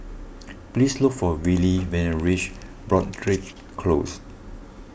please look for Willy when you reach Broadrick Close